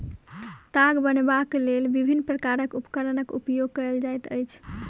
ताग बनयबाक लेल विभिन्न प्रकारक उपकरणक उपयोग कयल जाइत अछि